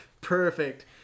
perfect